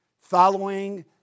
following